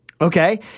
Okay